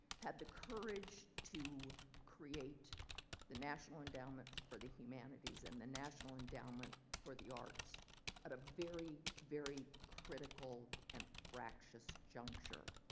had the courage to create the national endowment for the humanities and the national endowment for the arts at a very very critical and fractious juncture.